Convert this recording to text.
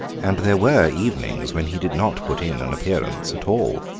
and there were evenings when he did not put in an appearance at all.